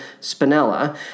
Spinella